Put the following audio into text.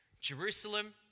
Jerusalem